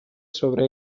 sobre